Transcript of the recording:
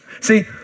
See